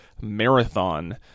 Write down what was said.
marathon